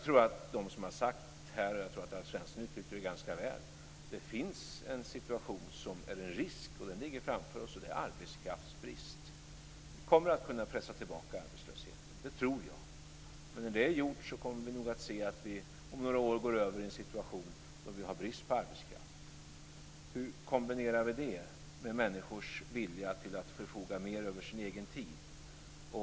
Det finns de som har sagt här - Alf Svensson uttryckte det ganska väl - att det finns en risk framför oss med arbetskraftsbrist. Vi kommer att pressa tillbaka arbetslösheten. Men när det är gjort kommer vi att om några år ha en situation med brist på arbetskraft. Hur kombinerar vi det med människors vilja att förfoga mer över sin egen tid?